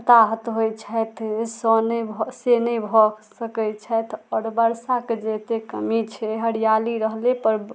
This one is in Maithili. हताहत होइ छथि से नहि भऽ से नहि भऽ सकय छथि आओर वर्षाके जे एते कमी छै हरियाली रहलेपर